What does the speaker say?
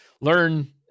learn